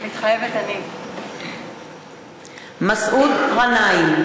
מתחייבת אני מסעוד גנאים,